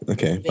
Okay